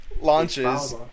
launches